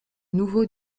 nouveau